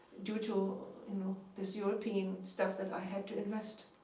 due to you know this european stuff that i had to invest.